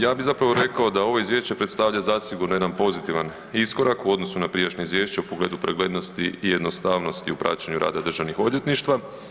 Ja bi zapravo rekao da ovo Izvješće predstavlja zasigurno jedan pozitivan iskorak u odnosu na prijašnje Izvješće u pogledu preglednosti i jednostavnosti u praćenju rada Državnih odvjetništva.